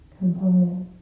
component